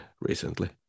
recently